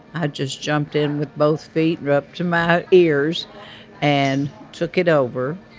i just jumped in with both feet up to my ears and took it over.